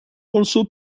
also